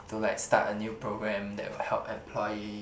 to like start a new programme that will help employee